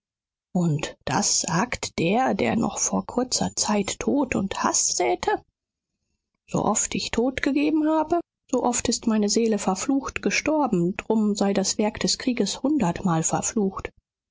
und das sagt der der noch vor kurzer zeit tod und haß säete so oft ich tod gegeben habe so oft ist meine seele verflucht gestorben drum sei das werk des krieges hundertmal verflucht